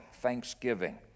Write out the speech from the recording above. thanksgiving